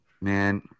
Man